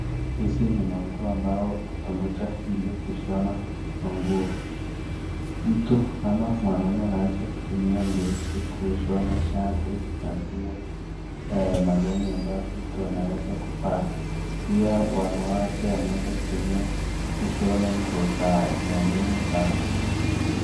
Hizi ni manguo ambazo hutumika ili kushona manguo. Mtu ama mwanaume anaweza kutumia nguo hizi kushona shati na pia malong'i ambayo mtu anaweza kuvaa. Pia wanawake wanaweza kutumia kushona nguo zao. Ni ya muhimu sana.